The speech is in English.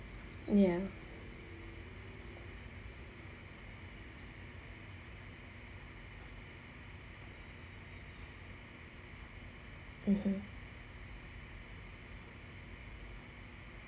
ya (uh huh)